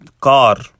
car